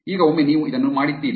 ಈಗ ಒಮ್ಮೆ ನೀವು ಇದನ್ನು ಮಾಡಿದ್ದೀರಿ